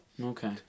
okay